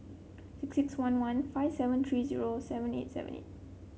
six six one one five seven three zero seven eight seven eight